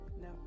No